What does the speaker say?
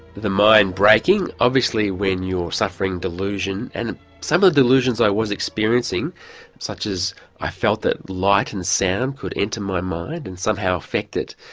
the mind breaking, obviously when you're suffering delusion and some of the delusions i was experiencing such as i felt that light and sound would enter my mind and somehow affect it.